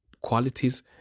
qualities